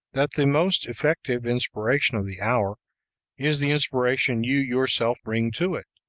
that the most effective inspiration of the hour is the inspiration you yourself bring to it,